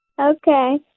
Okay